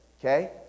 Okay